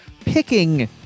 picking